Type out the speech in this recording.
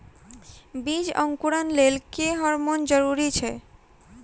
बीज अंकुरण लेल केँ हार्मोन जरूरी छै?